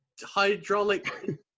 hydraulic